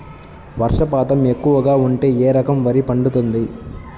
వర్షపాతం ఎక్కువగా ఉంటే ఏ రకం వరి పండుతుంది?